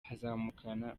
azamukana